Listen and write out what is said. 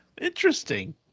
interesting